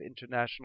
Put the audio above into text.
international